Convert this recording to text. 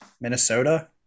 Minnesota